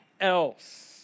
else